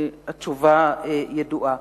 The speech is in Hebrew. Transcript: התשובה ידועה.